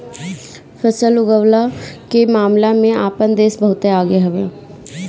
फसल उगवला के मामला में आपन देश बहुते आगे हवे